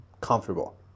comfortable